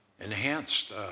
enhanced